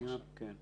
כן, בדיוק.